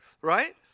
Right